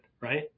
right